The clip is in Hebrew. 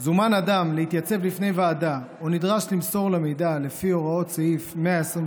זומן אדם להתייצב לפני ועדה או נדרש למסור לה מידע לפי הוראות סעיף 123